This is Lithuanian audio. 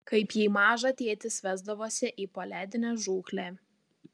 kaip jį mažą tėtis vesdavosi į poledinę žūklę